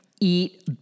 eat